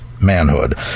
Manhood